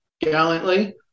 gallantly